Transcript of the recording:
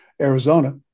Arizona